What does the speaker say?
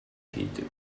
хийдэг